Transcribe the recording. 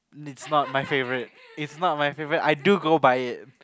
it's not my favorite it's not my favorite I do go by it